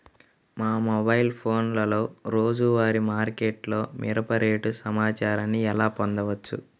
మా మొబైల్ ఫోన్లలో రోజువారీ మార్కెట్లో మిరప రేటు సమాచారాన్ని ఎలా పొందవచ్చు?